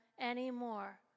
anymore